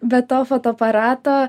be to fotoaparato